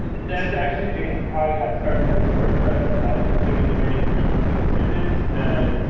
that's actually, jason, how i got started with wordpress is i was giving away free code snippets to,